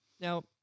Now